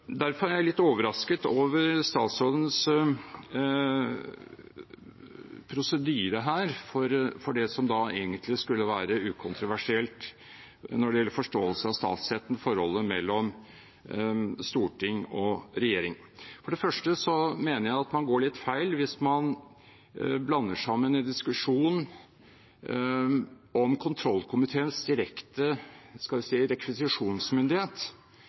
Derfor er jeg litt overrasket over statsrådens prosedyre her for det som egentlig skulle være ukontroversielt når det gjelder forståelse av statsretten, forholdet mellom storting og regjering. For det første mener jeg at man går litt feil hvis man i diskusjon om kontrollkomiteens direkte – skal vi si – rekvisisjonsmyndighet